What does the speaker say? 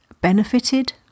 benefited